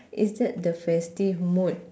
is that the festive mood